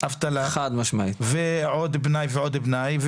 אבטלה, ועוד פנאי ועוד פנאי.